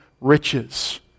riches